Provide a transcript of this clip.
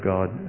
God